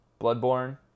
Bloodborne